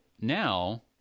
now